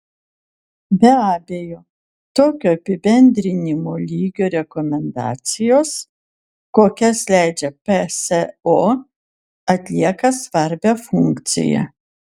be abejo tokio apibendrinimo lygio rekomendacijos kokias leidžia pso atlieka svarbią funkciją